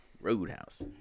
Roadhouse